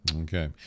Okay